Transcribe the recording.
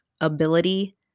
ability